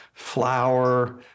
flour